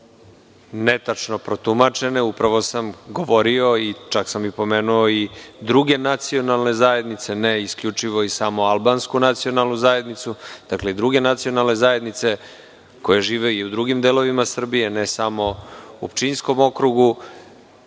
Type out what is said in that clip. netačno protumačene, upravo sam govorio, čak sam pomenuo i druge nacionalne zajednice, ne isključivo i samo albansku nacionalnu zajednicu, dakle, i druge nacionalne zajednice koje žive u drugim delovima Srbije, ne samo u Pčinjskom okrugu,